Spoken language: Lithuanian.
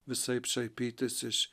visaip šaipytis iš